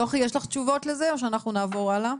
יוכי, יש לך תשובות לזה או שנעבור הלאה?